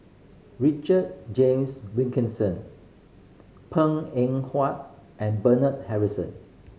Richard James Wilkinson Png Eng Huat and Bernard Harrison